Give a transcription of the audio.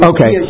Okay